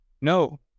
No